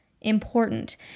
important